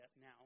now